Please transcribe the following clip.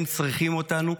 הם צריכים אותנו,